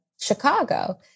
Chicago